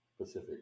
Pacific